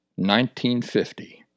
1950